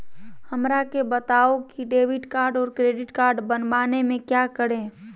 हमरा के बताओ की डेबिट कार्ड और क्रेडिट कार्ड बनवाने में क्या करें?